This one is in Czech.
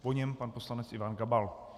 Po něm pan poslanec Ivan Gabal.